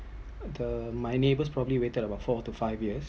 the my neighbour probably waited about four to five years